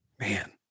Man